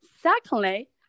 Secondly